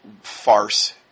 farce